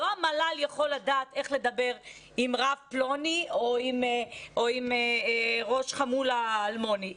לא המל"ל יכול לדעת איך לדבר עם רב פלוני או עם ראש חמולה אלמוני.